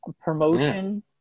promotion